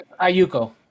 Ayuko